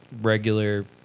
regular